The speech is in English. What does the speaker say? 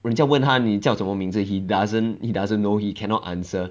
人家问他你叫什么名字 he doesn't he doesn't know he cannot answer